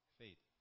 faith